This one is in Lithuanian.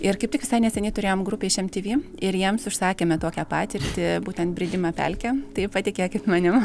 ir kaip tik visai neseniai turėjom grupę iš mtv ir jiems užsakėme tokią patirtį būtent bridimą pelke tai patikėkit manim